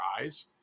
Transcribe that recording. eyes